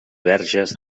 verges